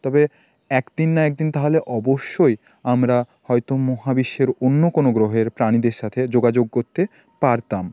তবে একদিন না একদিন তাহলে অবশ্যই আমরা হয়তো মহাবিশ্বের অন্য কোনো গ্রহের প্রাণীদের সাথে যোগাযোগ করতে পারতাম